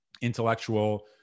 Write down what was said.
intellectual